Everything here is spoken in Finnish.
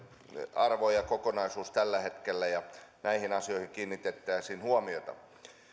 arvo ja kokonaisuus tällä hetkellä ja näihin asioihin kiinnitettäisiin huomiota